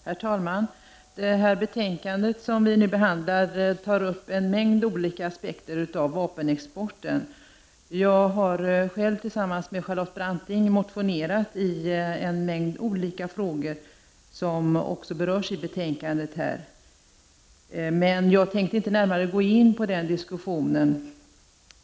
Herr talman! Det betänkande vi nu behandlar tar upp en mängd olika aspekter av vapenexporten. Jag har själv tillsammans med Charlotte Branting motionerat i en rad olika frågor, vilka också berörs i betänkandet. Jag tänkte inte närmare gå in på den diskussionen.